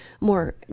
more